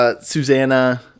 Susanna